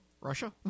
Russia